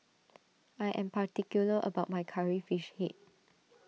I am particular about my Curry Fish Head